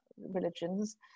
religions